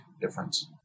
difference